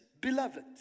beloved